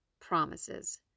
promises